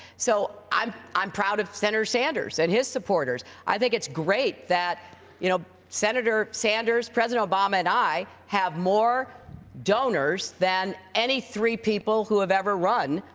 so, i'm i'm proud of senator sanders, and his supporters. i think it's great that you know senator sanders, president obama and i have more donors than any three people who have every run,